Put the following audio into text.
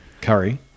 Curry